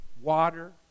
water